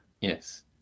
Yes